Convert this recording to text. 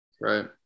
Right